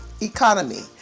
economy